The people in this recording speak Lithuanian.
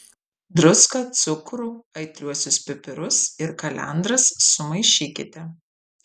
druską cukrų aitriuosius pipirus ir kalendras sumaišykite